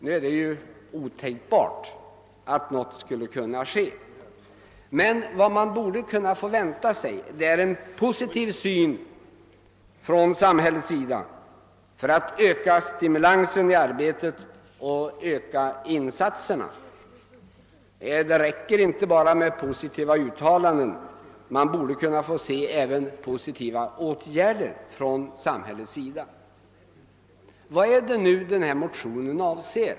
Nu är det ju otänkbart att någonting sådant skulle kunna ske, men man borde kunna förvänta sig en positiv inställning hos samhället till att öka stimulansen i arbetet och öka insatserna. Det räcker inte med bara positiva uttalanden; vi borde kunna få se att samhället även vidtar positiva åtgärder. Vad är det nu motionen avser?